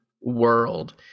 world